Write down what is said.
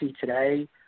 today